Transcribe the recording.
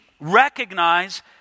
recognize